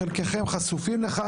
חלקכם חשופים לכך,